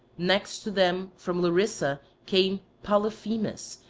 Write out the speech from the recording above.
next to them from larisa came polyphemus,